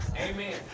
Amen